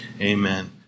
Amen